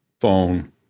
phone